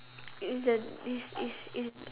is the is is is